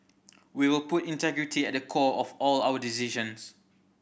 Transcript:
we will put integrity at the core of all our decisions